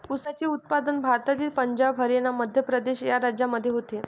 ऊसाचे उत्पादन भारतातील पंजाब हरियाणा मध्य प्रदेश या राज्यांमध्ये होते